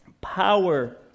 power